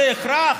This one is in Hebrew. זה הכרח?